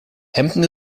hampton